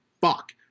fuck